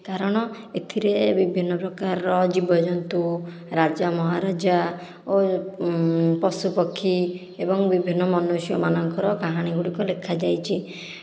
କାରଣ ଏଥିରେ ବିଭିନ୍ନ ପ୍ରକାରର ଜୀବଜନ୍ତୁ ରାଜା ମହାରାଜା ଓ ପଶୁପକ୍ଷୀ ଏବଂ ବିଭିନ୍ନ ମନୁଷ୍ୟ ମାନଙ୍କର କାହାଣୀ ଗୁଡ଼ିକ ଲେଖା ଯାଇଛି